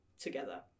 together